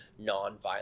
nonviolent